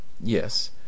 Yes